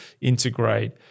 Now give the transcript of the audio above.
integrate